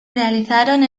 realizaron